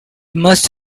must